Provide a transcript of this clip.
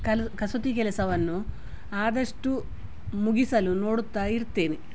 ಕಲದ ಕಸೂತಿ ಕೆಲಸವನ್ನು ಆದಷ್ಟು ಮುಗಿಸಲು ನೋಡುತ್ತಾ ಇರ್ತೇನೆ